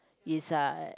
is uh